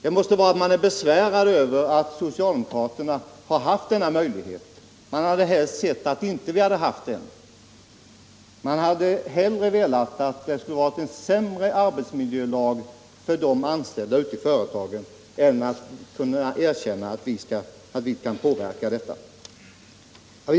Det måste vara därför att man är besvärad över att socialdemokraterna har haft denna möjlighet. Man hade helst sett att vi inte hade haft den. Man hade hellre velat att det skulle vara en sämre arbetsmiljölag för de anställda ute i företagen än erkänna att vi kan påverka detta förslag.